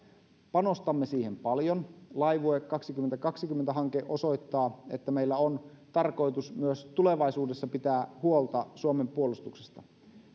panostamme siihen paljon laivue kaksituhattakaksikymmentä hanke osoittaa että meillä on tarkoitus myös tulevaisuudessa pitää huolta suomen puolustuksesta